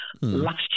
last